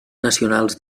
nacionals